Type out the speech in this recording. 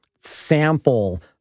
sample